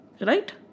Right